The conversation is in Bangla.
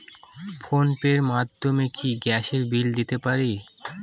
ফোন পে র মাধ্যমে কি গ্যাসের বিল দিতে পারি?